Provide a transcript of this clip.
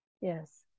yes